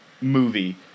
movie